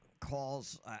calls